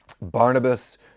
Barnabas